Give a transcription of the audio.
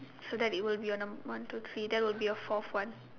so that it will be your number one two three that will be your fourth one